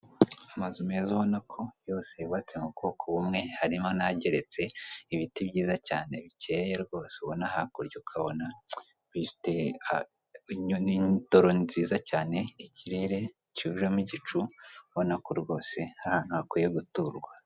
Amazu meza ubona ko yose yubatse mu bwoko bumwe harimo n'ageretse, ibiti byiza cyane bikeye rwose ubona hakurya ukabona bifite indoro nziza cyane, ikirere cyujemo igicu ubona ko rwose ari ahantu hakwiye guturwa.